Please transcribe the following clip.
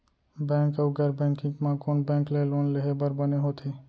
Bank अऊ गैर banking म कोन बैंक ले लोन लेहे बर बने होथे?